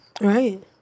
Right